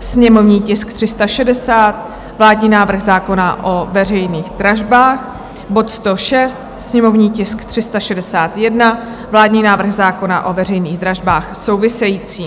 sněmovní tisk 360, vládní návrh zákona o veřejných dražbách; bod 106, sněmovní tisk 361, vládní návrh zákona o veřejných dražbách související.